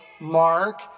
Mark